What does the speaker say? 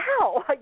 Wow